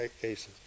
cases